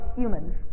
humans